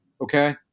okay